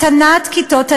הקטנת כיתות הלימוד,